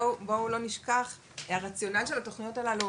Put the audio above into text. נחצה אותו,